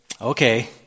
okay